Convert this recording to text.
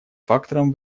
фактором